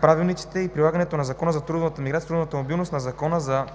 правилниците за прилагане на Закон за трудовата миграция и трудовата мобилност и на Закон за